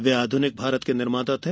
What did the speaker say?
वे आधुनिक भारत के निर्माता थे